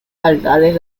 altares